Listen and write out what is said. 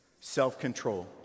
self-control